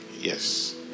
yes